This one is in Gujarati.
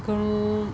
ઘણું